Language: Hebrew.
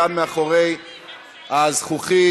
כאן מאחורי הזכוכית,